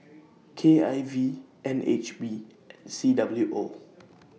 K I V N H B C W O